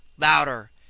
louder